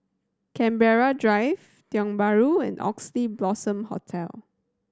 Canberra Drive Tiong Bahru and Oxley Blossom Hotel